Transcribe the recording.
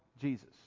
Jesus